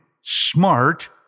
smart